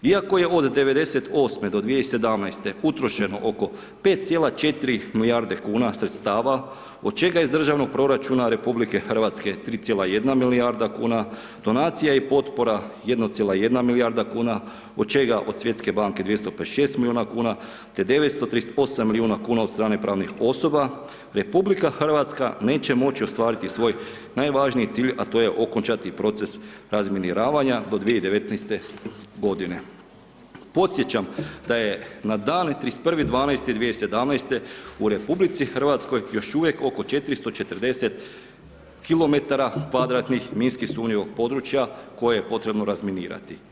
Iako je od '98. do 2017. utrošeno oko 5,4 milijarde kuna sredstava od čega iz državnog proračuna RH 3,1 milijarda kuna, donacija i potpora 1,1 milijarda kuna od čega od Svjetske banke 256 milijuna kuna te 938 milijuna kuna od strane pravnih osoba, RH neće moći ostvariti svoj najvažniji cilj a to je okončati proces razminiravanja do 2019. g. Podsjećam da je na dan 31. 12. 2017. u RH još uvijek oko 440 km2 minski sumnjivog područja koje je potrebno razminirati.